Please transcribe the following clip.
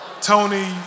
Tony